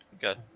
Good